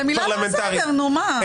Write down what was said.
זה מילה בסדר, נו מה?